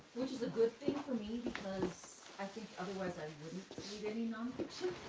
which is a good thing for me, because i think otherwise i wouldn't read any nonfiction.